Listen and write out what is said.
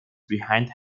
behind